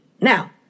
Now